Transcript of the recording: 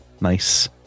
nice